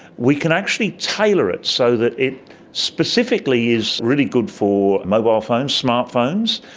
we can actually tailor it so that it specifically is really good for mobile phones, smart phones.